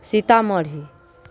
Sitamarhi